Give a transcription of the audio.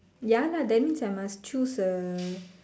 ya lah that means I must choose a